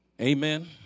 Amen